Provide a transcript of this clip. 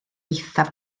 eithaf